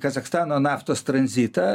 kazachstano naftos tranzitą